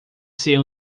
ser